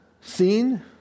seen